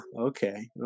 okay